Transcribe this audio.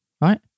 right